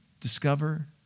discover